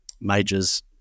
majors